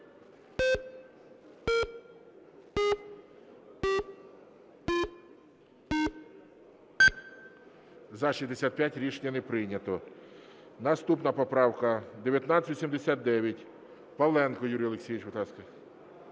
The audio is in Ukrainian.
За-65 Рішення не прийнято. Наступна поправка, 1979, Павленко Юрій Олексійович, будь ласка.